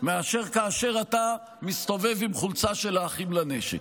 מאשר כאשר אתה מסתובב עם חולצה של אחים לנשק.